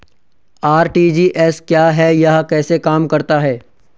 RTGS क्या है यह कैसे काम करता है?